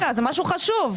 רגע, זה משהו חשוב.